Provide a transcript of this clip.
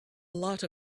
lot